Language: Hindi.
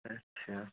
अच्छा